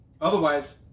otherwise